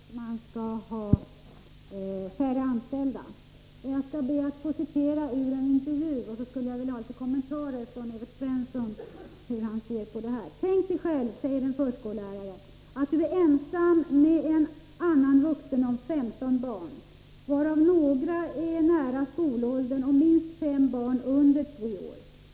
Herr talman! I Malmö skall man ha mer barn och färre anställda inom barnomsorgen. Jag skall be att få citera ur en intervju, och sedan skulle jag vilja få några kommentarer från Evert Svensson om hur han ser på detta: -”Tänk dig själv”, säger en förskollärare, ”att du är ensam med en annan vuxen om 15 barn. Varav några är nära skolåldern och minst fem barn under tre år.